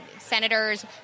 senators